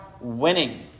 winning